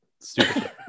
stupid